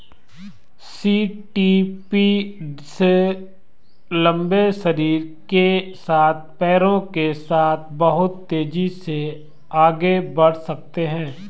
centipedes लंबे शरीर के साथ पैरों के साथ बहुत तेज़ी से आगे बढ़ सकते हैं